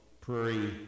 prairie